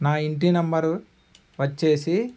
నా ఇంటి నెంబరు వచ్చేసి